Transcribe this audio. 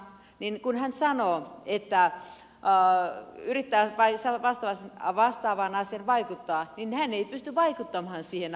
viini kun hän sanoo että määrä ja yrittää vastaavaan asiaan vaikuttaa ei pysty vaikuttamaan siihen asiaan